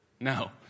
No